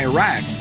Iraq